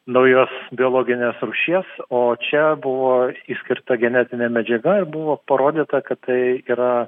naujos biologinės rūšies o čia buvo išskirta genetinė medžiaga ir buvo parodyta kad tai yra